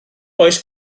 oes